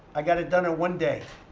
i got it done in one day.